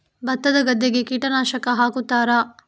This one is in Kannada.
ಭತ್ತದ ಗದ್ದೆಗೆ ಕೀಟನಾಶಕ ಹಾಕುತ್ತಾರಾ?